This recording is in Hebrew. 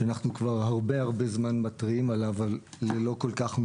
שאנחנו כבר הרבה זמן מתריעים עליו אבל ללא מענה כל כך.